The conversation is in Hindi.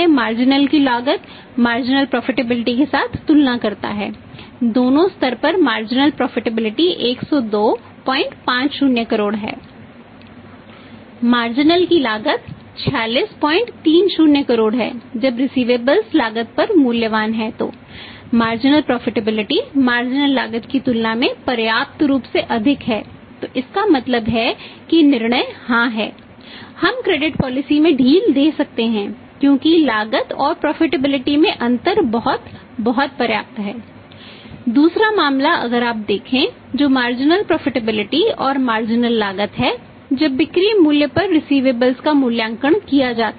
मार्जिनल का मूल्यांकन किया जाता है